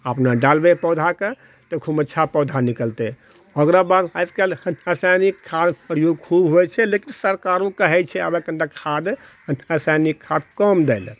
अपना डालबै पौधाके तऽ खूम अच्छा पौधा निकलतै ओकरा बाद आज कल्हि रासायनिक खाद्य प्रयोग खूब होइ छै लेकिन सरकारो कहै छै आब कनिटा खाद्य रसायनिक खाद्य कम दए लऽ